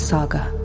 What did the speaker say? Saga